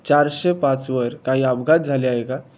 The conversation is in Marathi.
चारशे पाचवर काही अपघात झाले आहे का